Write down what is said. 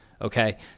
Okay